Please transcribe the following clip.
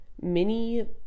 mini